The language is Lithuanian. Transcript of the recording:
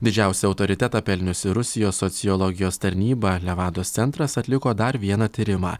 didžiausią autoritetą pelniusį rusijos sociologijos tarnyba levados centras atliko dar vieną tyrimą